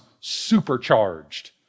supercharged